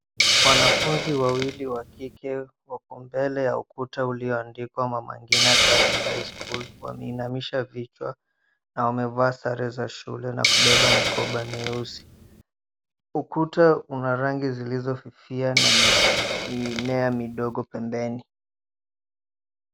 Wanafunzi wawili wakike wako mbele ya ukuta uliyoandikwa Mama Ngina Girl's High School, wameinamisha vichwa wamevaa sare za shule na kubeba mikoba mieusi, ukuta una rangi zilizofifia na mimea midogo pembeni.